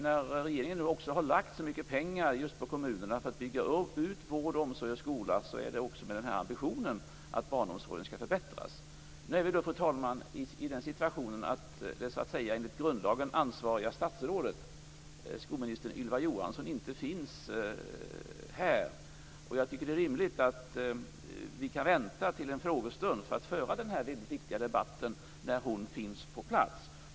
När regeringen nu har lagt så mycket pengar på just kommunerna för att bygga ut vård, omsorg och skola, är det också ambitionen att barnomsorgen skall förbättras. Nu är vi, fru talman, i den situationen att det enligt grundlagen ansvariga statsrådet, skolminister Ylva Johansson, inte finns här. Jag tycker att det är rimligt att vi kan vänta till en frågestund då hon finns på plats för att föra denna viktiga debatt.